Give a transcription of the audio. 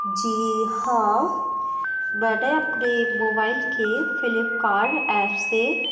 जी हाँ मैंने अपने मोबाइल के फ्लिपकार्ट एप्प से